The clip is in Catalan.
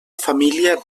família